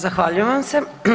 Zahvaljujem vam se.